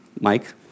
Mike